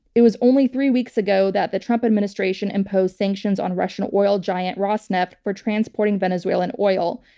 it was only three weeks ago that the trump administration imposed sanctions on russian oil giant rosneft for transporting venezuelan oil.